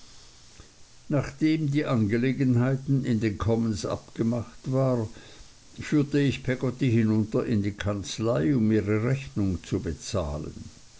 nachdem die angelegenheit in den commons abgemacht war führte ich peggotty hinunter in die kanzlei um ihre rechnung zu bezahlen